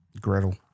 Gretel